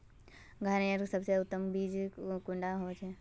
धानेर सबसे उत्तम बीज कुंडा होचए?